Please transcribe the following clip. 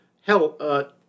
Hell